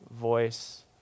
voice